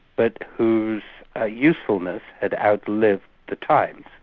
but whose ah usefulness had outlived the times.